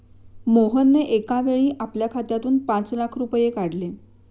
मोहनने एकावेळी आपल्या खात्यातून पाच लाख रुपये काढले